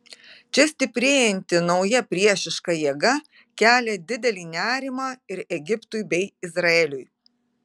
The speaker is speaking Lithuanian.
čia stiprėjanti nauja priešiška jėga kelia didelį nerimą ir egiptui bei izraeliui